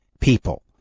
people